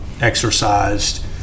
exercised